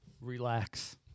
Relax